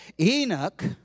Enoch